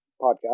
podcast